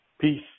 Peace